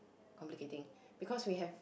complicating because we have